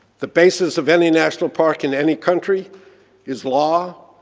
the basis of any national park in any country is law.